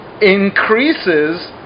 increases